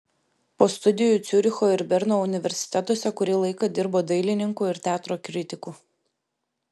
po studijų ciuricho ir berno universitetuose kurį laiką dirbo dailininku ir teatro kritiku